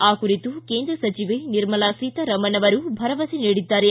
ಆ ಕುರಿತು ಕೇಂದ್ರ ಸಚಿವೆ ನಿರ್ಮಲಾ ಸೀತರಾಮನ್ ಅವರು ಭರವಸೆ ನೀಡಿದ್ದಾರೆ